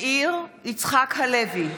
(קוראת בשמות חברי הכנסת) מאיר יצחק הלוי,